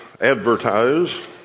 advertise